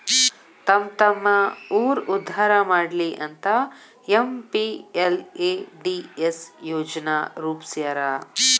ತಮ್ಮ್ತಮ್ಮ ಊರ್ ಉದ್ದಾರಾ ಮಾಡ್ಲಿ ಅಂತ ಎಂ.ಪಿ.ಎಲ್.ಎ.ಡಿ.ಎಸ್ ಯೋಜನಾ ರೂಪ್ಸ್ಯಾರ